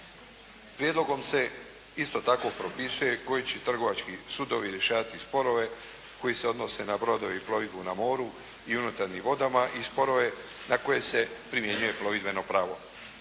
Prijedlogom se isto tako propisuje koji će trgovački sudovi rješavati sporove koji se odnose na brodove i plovidbu na moru i unutarnjim vodama i sporove na koje se primjenjuje plovidbeno pravo.